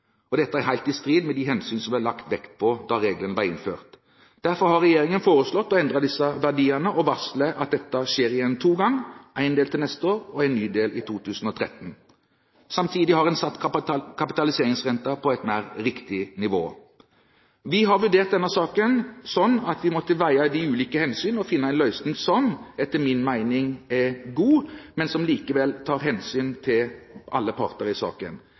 realverdi. Dette er helt i strid med de hensyn som ble lagt vekt på da regelverket ble innført. Derfor har regjeringen foreslått å endre disse verdiene, og varsler at dette skjer i to omganger, en del til neste år og en ny del i 2013. Samtidig har en satt kapitaliseringsrenten på et mer riktig nivå. Vi har vurdert denne saken slik at vi måtte veie de ulike hensyn og finne en løsning som, etter min mening, er god, men som likevel tar hensyn til alle parter i saken.